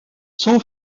son